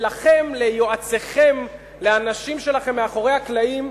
שלכם, ליועציכם, לאנשים שלכם מאחורי הקלעים,